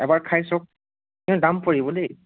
এবাৰ খাই চাওক কিন্তু দাম পৰিব দেই